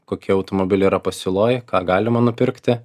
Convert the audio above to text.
kokie automobiliai yra pasiūloj ką galima nupirkti